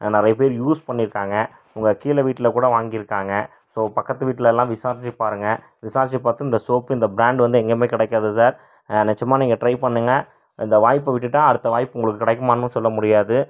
நிறைய பேர் யூஸ் பண்ணியிருக்காங்க உங்கள் கீழ் வீட்டில் கூட வாங்கியிருக்காங்க ஸோ பக்கத்து வீட்டிலலாம் விசாரித்து பாருங்கள் விசாரித்து பார்த்து இந்த சோப்பு இந்த ப்ராண்ட் வந்து எங்கேயுமே கிடைக்காது சார் நிச்சயமா நீங்கள் ட்ரை பண்ணுங்க இந்த வாய்ப்பை விட்டுவிட்டா அடுத்த வாய்ப்பு உங்களுக்கு கிடைக்குமானு சொல்ல முடியாது